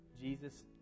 Jesus